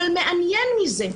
אבל מעניין מזה,